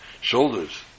shoulders